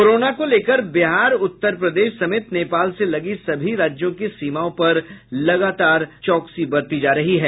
corona को लेकर बिहार उत्तर प्रदेश समेत नेपाल से लगी सभी राज्यों की सीमाओं पर लगातार चौकसी बरती जा रही है